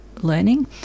learning